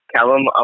Callum